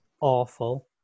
awful